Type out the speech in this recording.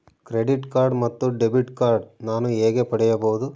Credit card ಮತ್ತು debit card ನಾನು ಹೇಗೆ ಪಡೆಯಬಹುದು?